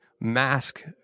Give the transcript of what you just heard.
mask